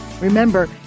Remember